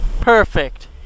Perfect